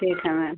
ठीक है मैम